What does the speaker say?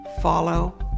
follow